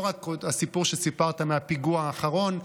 לא רק הסיפור שסיפרת מהפיגוע האחרון,